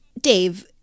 Dave